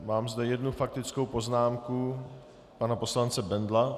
Mám zde jednu faktickou poznámku pana poslance Bendla.